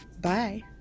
bye